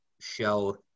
show